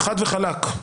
חד וחלק.